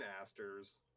asters